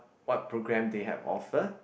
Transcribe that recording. what program they have offer